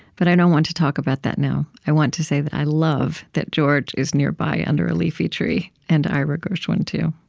but i don't want to talk about that now. i want to say that i love that george is nearby under a leafy tree. and ira gershwin too.